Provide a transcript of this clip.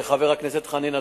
חבר הכנסת חנין,